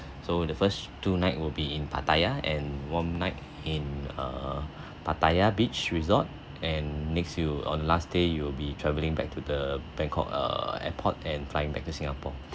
so the first two night will be in pattaya and one night in err pattaya beach resort and next you on last day you will be travelling back to the bangkok err airport and flying back to singapore